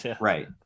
Right